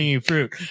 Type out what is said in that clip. fruit